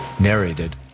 narrated